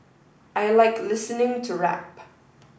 I like listening to rap